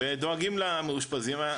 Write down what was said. ודואגים למאושפזים,